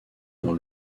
dans